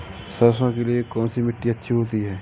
सरसो के लिए कौन सी मिट्टी अच्छी होती है?